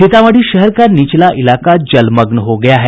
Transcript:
सीतामढ़ी शहर का निचला इलाका जलमग्न हो गया है